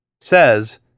says